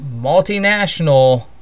multinational